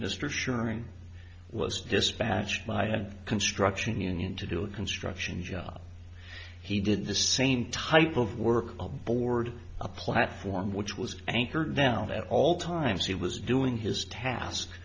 that mr suring was dispatched by a construction union to do a construction job he did the same type of work aboard a platform which was anchored down at all times he was doing his task